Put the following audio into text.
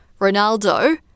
Ronaldo